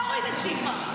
תתביישי לך.